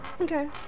Okay